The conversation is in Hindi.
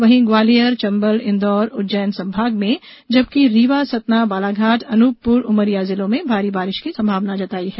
वहीं ग्वालियर चंबल इंदौर उज्जैन संभाग में जबकि रीवा सतना बालाघाट अनुपपुर उमरिया जिलों में भारी बारिश की संभावना जताई है